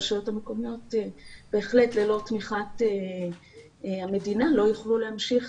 הרשויות המקומיות ללא תמיכת המדינה לא יוכלו להמשיך